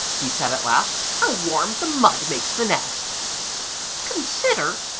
he said at last, how warm the mud makes the nest consider,